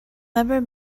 never